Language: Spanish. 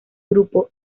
grupo